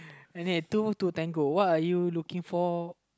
what are you looking for